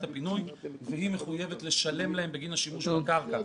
הפינוי והיא מחויבת לשלם להם בגין השימוש בקרקע.